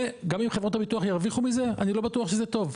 וגם אם חברות הביטוח ירוויחו את זה אני לא בטוח שזה טוב.